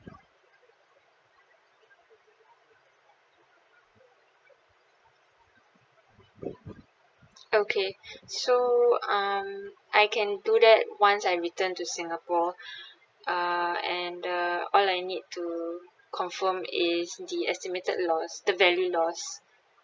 okay so um I can do that once I return to singapore uh and uh all I need to confirm is the estimated loss the value loss